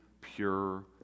pure